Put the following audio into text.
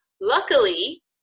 luckily